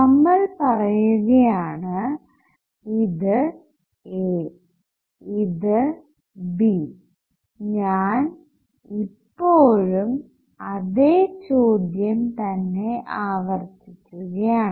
നമ്മൾ പറയുകയാണ് ഇത് A ഇത് B ഞാൻ ഇപ്പോഴും അതെ ചോദ്യം തന്നെ ആവർത്തിക്കുകയാണ്